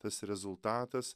tas rezultatas